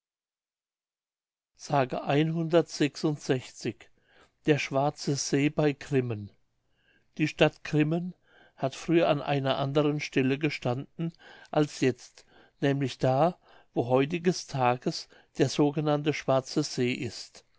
der schwarze see bei grimmen die stadt grimmen hat früher an einer anderen stelle gestanden als jetzt nämlich da wo heutiges tages der sogenannte schwarze see ist